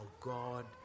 God